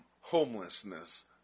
homelessness